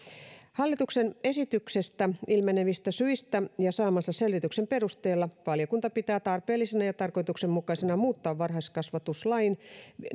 hallituksen esityksestä ilmenevistä syistä ja saamansa selvityksen perusteella valiokunta pitää tarpeellisena ja tarkoituksenmukaisena muuttaa varhaiskasvatuslain